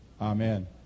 Amen